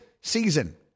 season